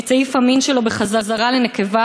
את סעיף המין שלו בחזרה לנקבה,